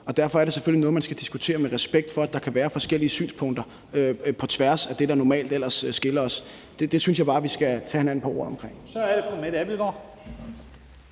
Og derfor er det selvfølgelig noget, man skal diskutere med respekt for, at der kan være forskellige synspunkter på tværs af det, der ellers normalt skiller os. Der synes jeg bare vi skal tage hinanden på ordet. Kl. 11:23 Første næstformand